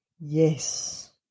Yes